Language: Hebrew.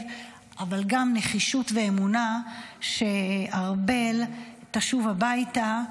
אבל גם נחישות ואמונה שארבל תשוב הביתה.